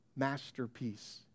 masterpiece